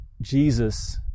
Jesus